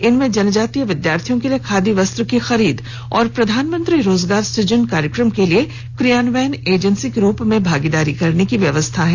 इनमें जनजातीय विद्यार्थियों के लिए खादी वस्त्र की खरीद और प्रधानमंत्री रोजगार सुजन कार्यक्रम के लिए क्रियान्वयन एजेंसी के रूप में भागीदारी करने की व्यवस्था है